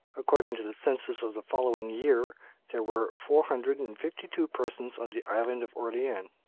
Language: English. according to the census of the following year there were four hundred and fifty two persons on the island of orleans,